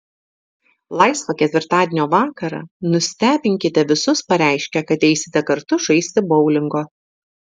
laisvą ketvirtadienio vakarą nustebinkite visus pareiškę kad eisite kartu žaisti boulingo